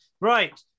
Right